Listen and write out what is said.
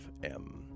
FM